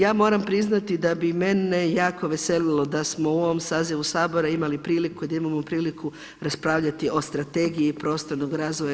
Ja moramo priznati da bi i mene jako veselilo da smo u ovom sazivu Sabora imali priliku i da imamo priliku raspravljati o strategiji prostornog razvoja RH.